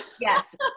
Yes